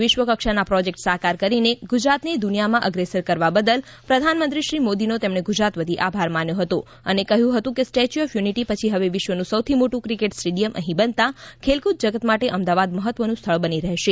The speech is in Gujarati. વિશ્વકક્ષાના પ્રોજેકટ સાકાર કરીને ગુજરાતને દુનિયામાં અગ્રેસર કરવા બદલ પ્રધાનમંત્રીશ્રી મોદીનો તેમણે ગુજરાત વતી આભાર માન્યો હતો અને કહ્યું હતું કે સ્ટેચ્યુ ઓફ યુનિટી પછી હવે વિશ્વનું સૌથી મોટું ક્રિકેટ સ્ટેડિયમ અહી બનતા ખેલકૂદ જગત માટે અમદાવાદ મહત્વનું સ્થળ બની રહેશે